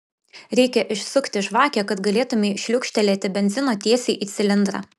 reikia išsukti žvakę kad galėtumei šliukštelėti benzino tiesiai į cilindrą